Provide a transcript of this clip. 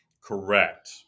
Correct